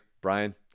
Brian